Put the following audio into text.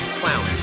clown